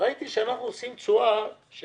וראיתי שאנחנו עושים תשואה של